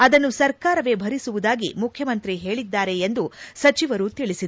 ಅದನ್ನು ಸರ್ಕಾರವೇ ಭರಿಸುವುದಾಗಿ ಮುಖ್ಯಮಂತ್ರಿ ಪೇಳಿದ್ಲಾರೆ ಎಂದು ಸಚಿವರು ತಿಳಿಸಿದರು